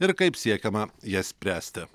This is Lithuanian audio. ir kaip siekiama jas spręsti